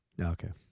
Okay